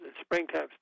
springtime